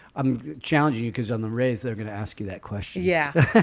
i'm challenging you because on the rays, they're gonna ask you that question. yeah.